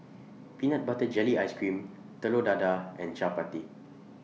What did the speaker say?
Peanut Butter Gelly Ice Cream Telur Dadah and Chappati